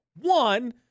One